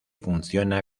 funciona